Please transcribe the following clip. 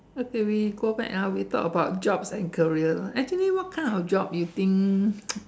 okay we go back ah we talk about jobs and career lah actually what kind of job you think